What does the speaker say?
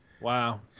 Wow